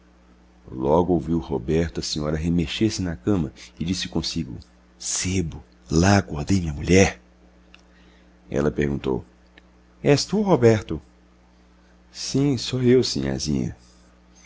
logo ouviu o roberto a senhora remexer se na cama e disse consigo sebo lá acordei minha mulher ela perguntou és tu roberto sim sou eu sinhazinha